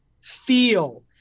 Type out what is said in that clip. feel